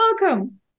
welcome